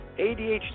ADHD